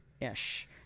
ish